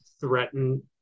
threaten